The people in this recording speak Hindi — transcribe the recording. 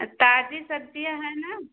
ताज़ी सब्ज़ियाँ है न